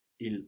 Il